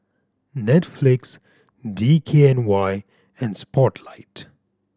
Netflix D K N Y and Spotlight